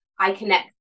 iConnect